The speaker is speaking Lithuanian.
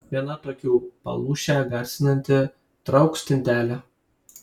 viena tokių palūšę garsinanti trauk stintelę